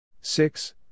Six